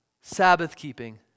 Sabbath-keeping